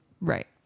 right